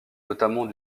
notamment